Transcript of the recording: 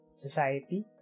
society